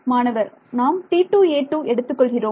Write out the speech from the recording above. மாணவர் நாம் T 2 a 2 எடுத்துக் கொள்கிறோமா